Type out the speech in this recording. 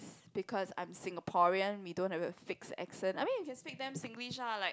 because I'm Singaporean we don't have a fixed accent I mean if you speak damn Singlish lah like